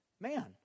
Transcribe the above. man